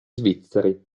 svizzeri